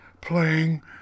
playing